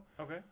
Okay